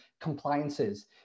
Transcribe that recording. compliances